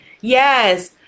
Yes